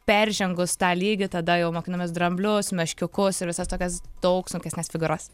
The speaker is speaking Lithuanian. peržengus tą lygį tada jau mokinamės dramblius meškiukus ir visas tokias daug sunkesnes figūras